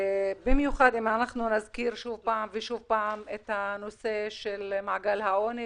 במיוחד אם אנחנו נזכיר שוב פעם ושוב פעם את הנושא של מעגל העוני,